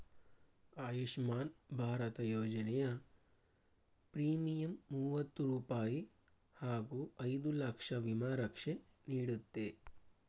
ಆಯುಷ್ಮಾನ್ ಭಾರತ ಯೋಜನೆಯ ಪ್ರೀಮಿಯಂ ಮೂವತ್ತು ರೂಪಾಯಿ ಹಾಗೂ ಐದು ಲಕ್ಷ ವಿಮಾ ರಕ್ಷೆ ನೀಡುತ್ತೆ